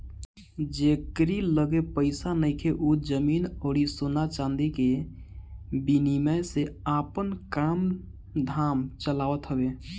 जेकरी लगे पईसा नइखे उ जमीन अउरी सोना चांदी के विनिमय से आपन काम धाम चलावत हवे